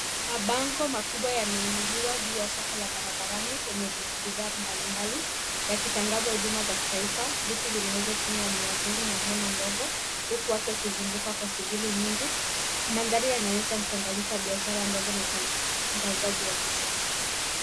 Mabango makubwa yameinuliwa juu ya soko la barabarani penye bidhaa mbalimbali yakitangaza huduma za kitaifa. Vitu vinauzwa chini ya miavuli na hema ndogo huku watu wakizunguka kwa shughuli nyingi. Mandhari yanaonyesha mchanganyiko wa biashara ndogo na utangazaji wa kisasa.